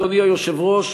אדוני היושב-ראש,